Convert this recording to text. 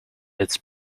its